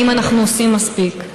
האם אנחנו עושים מספיק?